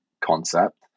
concept